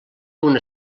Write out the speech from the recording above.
una